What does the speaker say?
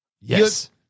Yes